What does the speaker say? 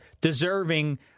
deserving